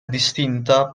distinta